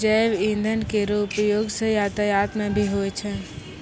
जैव इंधन केरो उपयोग सँ यातायात म भी होय छै